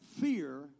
fear